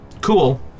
cool